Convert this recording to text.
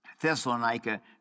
Thessalonica